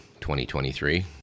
2023